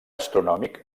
astronòmic